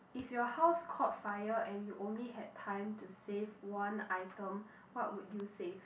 if your house caught fire and you only had time to save one item what would you save